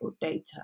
data